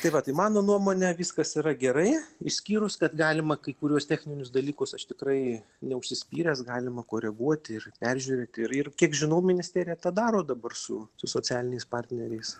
tai va tai mano nuomone viskas yra gerai išskyrus kad galima kai kuriuos techninius dalykus aš tikrai neužsispyręs galima koreguoti ir peržiūrėti ir ir kiek žinau ministerija tą daro dabar su su socialiniais partneriais